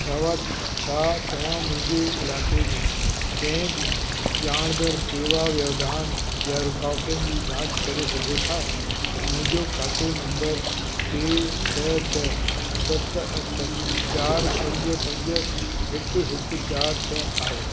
छवा छा तव्हां मुंहिंजे इलाइक़े में कंहिं बि ॼाणदड़ु शेवा व्यवधान या रुकावटुनि जी जांच करे सघो था मुंहिंजो खातो नंबर टे छह छह सत अठ चारि पंज पंज हिकु हिकु चारि छह आहे